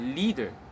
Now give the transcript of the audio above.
leader